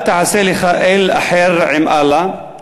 אל תעשה לך אל אחר עם אללה,